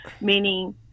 meaning